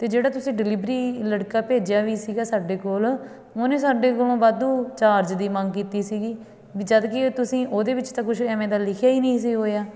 ਅਤੇ ਜਿਹੜਾ ਤੁਸੀਂ ਡਿਲੀਵਰੀ ਲੜਕਾ ਭੇਜਿਆ ਵੀ ਸੀਗਾ ਸਾਡੇ ਕੋਲ ਉਹਨੇ ਸਾਡੇ ਕੋਲੋਂ ਵਾਧੂ ਚਾਰਜ ਦੀ ਮੰਗ ਕੀਤੀ ਸੀਗੀ ਵੀ ਜਦ ਕਿ ਤੁਸੀਂ ਉਹਦੇ ਵਿੱਚ ਤਾਂ ਕੁਛ ਐਵੇਂ ਦਾ ਲਿਖਿਆ ਹੀ ਨਹੀਂ ਸੀ ਹੋਇਆ